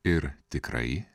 ir tikrai